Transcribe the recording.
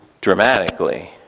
dramatically